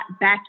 back